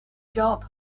job